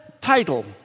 title